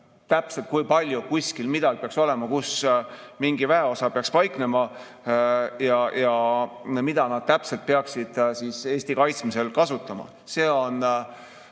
täpselt kui palju kuskil midagi peaks olema, kus mingi väeosa peaks paiknema ja mida nad täpselt peaksid Eesti kaitsmisel kasutama. See on